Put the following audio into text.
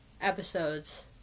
episodes